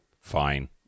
fine